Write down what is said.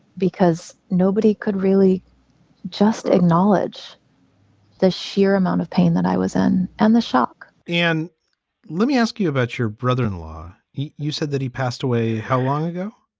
because nobody could really just acknowledge the sheer amount of pain that i was in and the shock and let me ask you about your brother in law. you you said that he passed away. how long ago?